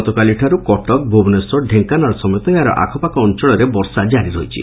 ଗତକାଲିଠାରୁ କଟକ ଭୁବନେଶ୍ୱର ଢେଙ୍କାନାଳ ସମେତ ଏହାର ଆଖପାଖ ଅଞ୍ଞଳରେ ବର୍ଷା ଜାରି ରହିଛି